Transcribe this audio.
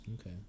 Okay